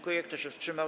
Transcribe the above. Kto się wstrzymał?